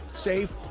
safe,